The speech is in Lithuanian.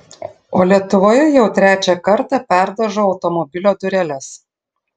o lietuvoje jau trečią kartą perdažau automobilio dureles